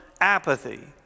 apathy